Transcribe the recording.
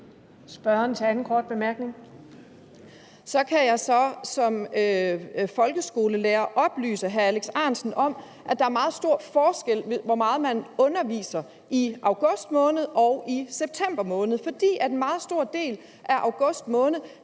Så kan jeg som folkeskolelærer oplyse hr. Alex Ahrendtsen om, at der er meget stor forskel på, hvor meget man underviser i august måned og i september måned, fordi der i en meget stor del af august måned